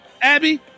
Abby